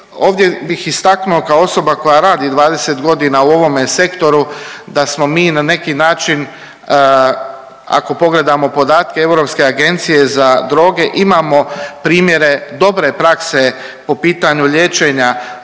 ovdje bih istaknuo kao osoba koja radi 20 godina u ovome sektoru da smo mi na neki način ako pogledamo podatke Europske agencije za droge, imamo primjere dobre prakse po pitanju liječenja.